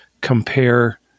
compare